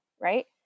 right